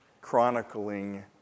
chronicling